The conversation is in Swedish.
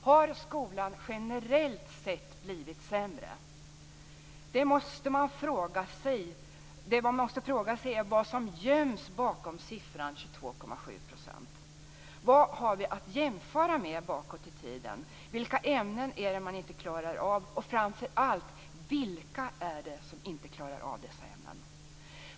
Har skolan generellt sett blivit sämre? Det man måste fråga sig är vad som göms bakom siffran 22,7 %. Vad har vi att jämföra med bakåt i tiden? Vilka ämnen är det man inte klarar av? Och framför allt: Vilka är det som inte klarar av dessa ämnen?